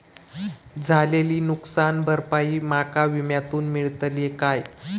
झालेली नुकसान भरपाई माका विम्यातून मेळतली काय?